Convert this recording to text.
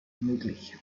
möglich